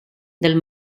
del